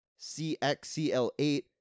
CXCL8